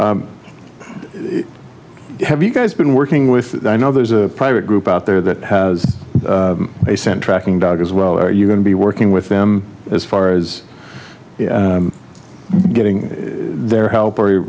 have you guys been working with i know there's a private group out there that has a scent tracking dogs as well are you going to be working with them as far as getting their help or